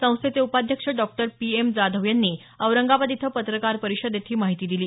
संस्थेचे उपाध्यक्ष doctor P M Jadhav यांनी औरंगाबाद इथं पत्रकार परिषदेत ही माहिती दिली